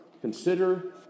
consider